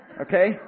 Okay